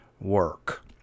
work